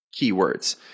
keywords